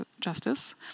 justice